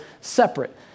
separate